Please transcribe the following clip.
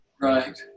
right